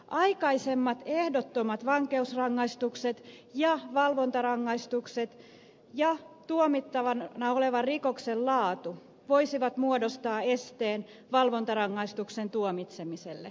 aikaisemmat ehdottomat vankeusrangaistukset ja valvontarangaistukset ja tuomittavana olevan rikoksen laatu voisivat muodostaa esteen valvontarangaistuksen tuomitsemiselle